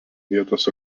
vietos